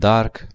Dark